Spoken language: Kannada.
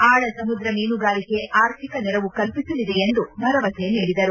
ಆಳ ಸಮುದ್ರ ಮೀನುಗಾರಿಕೆಗೆ ಅರ್ಥಿಕ ನೆರವು ಕಲ್ಪಿಸಲಿದೆ ಎಂದು ಭರವಸೆ ನೀಡಿದರು